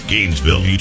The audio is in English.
Gainesville